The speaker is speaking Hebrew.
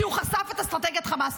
כי הוא חשף את אסטרטגיית חמאס.